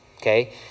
okay